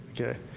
okay